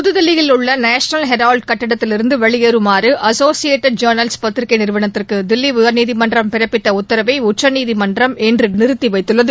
புதுதில்லியில் உள்ளநேஷனல் ஹெரால்டுகட்டிடத்தில் இருந்துவெளியேறுமாறுஅசோசியேடட் பத்திரிகைநிறுவனத்திற்குதில்லிஉயர்நீதிமன்றம் ஜெர்னல்ஸ் பிறப்பித்தஉத்தரவைஉச்சநீதிமன்றம் இன்றுநிறுத்திவைத்துள்ளது